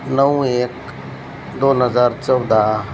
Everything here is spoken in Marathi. नऊ एक दोन हजार चौदा